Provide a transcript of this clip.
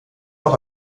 auch